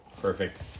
Perfect